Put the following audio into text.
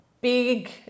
big